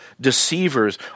deceivers